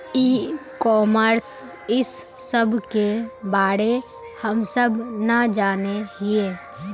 ई commerce इस सब के बारे हम सब ना जाने हीये?